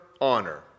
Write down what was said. honor